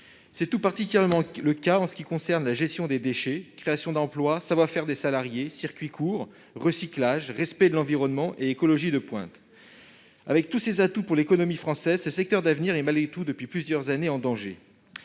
C'est tout particulièrement le cas concernant la gestion des déchets. Création d'emplois, savoir-faire des salariés, circuits courts, recyclage, respect de l'environnement, écologie de pointe : avec tous ces atouts pour l'économie française, ce secteur d'avenir est malgré tout, depuis plusieurs années, en danger.